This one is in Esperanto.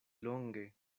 longe